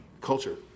culture